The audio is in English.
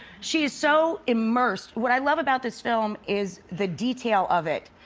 she is so immersed, what i love about this film is the detail of it.